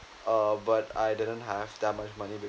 uh but I didn't have that much money